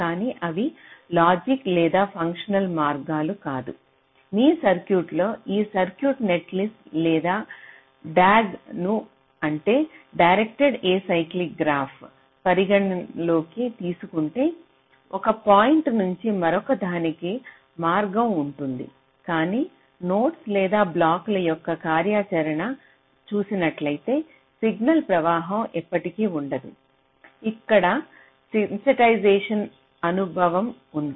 కాని అవి లాజిక్ లేదా ఫంక్షనల్ మార్గాలు కాదు మీ సర్క్యూట్లో ఈ సర్క్యూట్ నెట్లిస్ట్ లేదా DAG ను అంటే డైరెక్ట్ఎడ్ ఏసైక్లిక్ గ్రాఫ్ పరిగణనలోకి తీసుకుంటే ఒక పాయింట్ నుంచి మరొక దానికి మార్గం ఉంటుంది కానీ నోడ్స్ లేదా బ్లాకుల యొక్క కార్యాచరణ చూసినట్లయితే సిగ్నల్ ప్రవాహం ఎప్పటికీ ఉండదు ఇక్కడ సెన్సిటైజేషన్ అనుభవం ఉంది